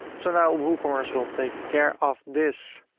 so now woocommerce will take care of this.